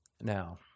Now